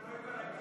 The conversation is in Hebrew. שלא יהיה בלגן.